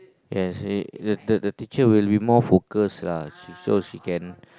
yes the the the teacher will be more focused lah she show she can